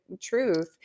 truth